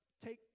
Take